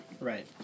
Right